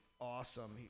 awesome